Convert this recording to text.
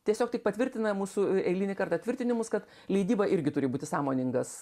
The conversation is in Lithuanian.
tiesiog tik patvirtina mūsų eilinį kartą tvirtinimus kad leidyba irgi turi būti sąmoningas